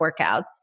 workouts